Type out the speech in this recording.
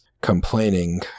complaining